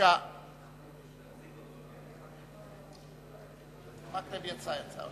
ותעבור מייד לוועדת הכספים להכנתה לקריאה